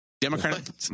Democratic